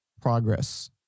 progress